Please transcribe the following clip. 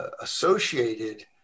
associated